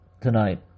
tonight